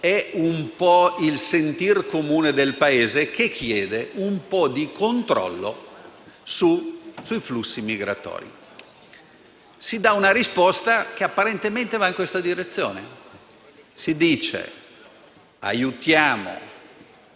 ma del sentire comune del Paese, che chiede un po' di controllo sui flussi migratori. Si dà una risposta che, apparentemente, va in questa direzione. Si propone di aiutare